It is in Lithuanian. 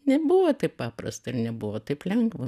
nebuvo taip paprasta ir nebuvo taip lengva